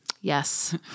Yes